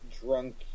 drunk